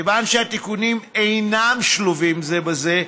כיוון שהתיקונים אינם שלובים זה בזה,